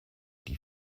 die